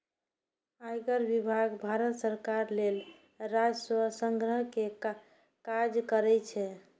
आयकर विभाग भारत सरकार लेल राजस्व संग्रह के काज करै छै